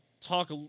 talk